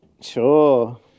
Sure